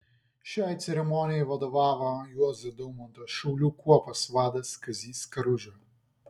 šiai ceremonijai vadovavo juozo daumanto šaulių kuopos vadas kazys karuža